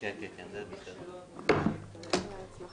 זה יכול להיות מספר